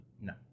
No